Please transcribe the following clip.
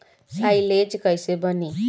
Silage कईसे बनी?